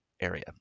area